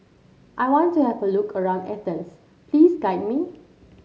I want to have a look around Athens please guide me